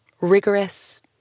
Rigorous